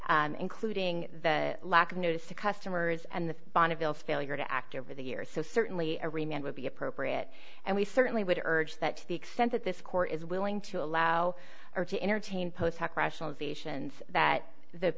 including the lack of news to customers and the bonneville failure to act over the years so certainly a remand would be appropriate and we certainly would urge that to the extent that this court is willing to allow or to entertain post hoc rationalization so that the